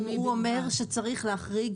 אומר שצריך להחריג